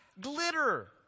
glitter